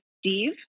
Steve